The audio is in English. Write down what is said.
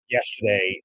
Yesterday